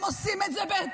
הם עושים את זה בתחכום,